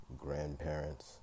grandparents